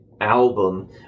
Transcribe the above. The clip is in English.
album